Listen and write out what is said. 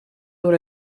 door